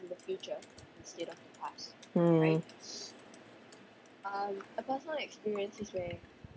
mm